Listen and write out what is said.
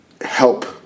help